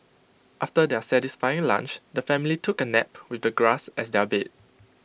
after their satisfying lunch the family took A nap with the grass as their bed